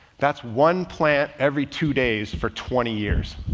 that's one plant every two days for twenty years.